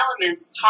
elements